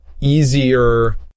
easier